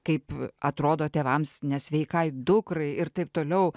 kaip atrodo tėvams nesveikai dukrai ir taip toliau